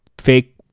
fake